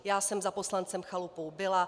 Já jsem za poslancem Chalupou byla.